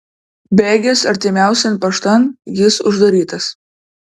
bėgęs artimiausian paštan jis uždarytas